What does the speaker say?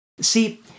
See